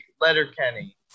Letterkenny